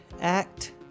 Act